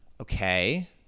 Okay